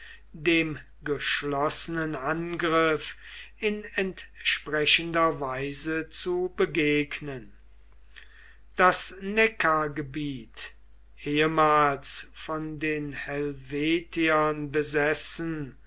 dem geschlossenen angriff in entsprechender weise zu begegnen das neckargebiet ehemals von den helvetiern besessen